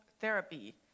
therapy